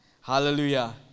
hallelujah